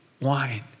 wine